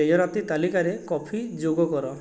ତେଜରାତି ତାଲିକାରେ କଫି ଯୋଗ କର